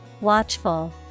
Watchful